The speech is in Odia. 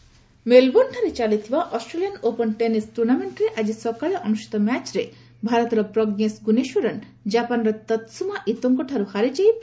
ଅଷ୍ଟ୍ରେଲିଆନ ଓପନ୍ ମେଲବୋର୍ଣ୍ଣଠାରେ ଚାଲିଥିବା ଅଷ୍ଟ୍ରେଲିଆନ୍ ଓପନ୍ ଟେନିସ୍ ଟୁର୍ଣ୍ଣାମେଣ୍ଟରେ ଆକି ସକାଳେ ଅନୁଷ୍ଠିତ ମ୍ୟାଚ୍ରେ ଭାରତର ପ୍ରଞ୍ଜେସ୍ ଗୁନେଶ୍ୱରନ୍ ଜାପାନର ତାତ୍ସୁମା ଇତୋଙ୍କଠାରୁ ହାରିଯାଇଛନ୍ତି